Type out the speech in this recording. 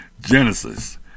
Genesis